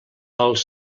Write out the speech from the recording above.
els